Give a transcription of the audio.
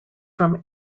from